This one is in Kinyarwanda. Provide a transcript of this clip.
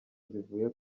zivuye